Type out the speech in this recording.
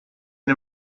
and